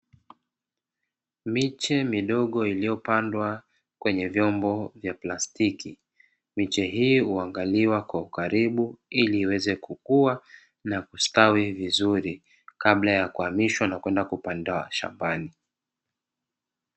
Miche midogo iliyopandwa kwenye vyombo vya plastiki, miche hii huangaliwa kwa ukaribu ili iweze kukua na kustawi vizuri kabla ya kuhamishwa na kwenda kupandwa shambani.